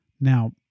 Now